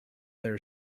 their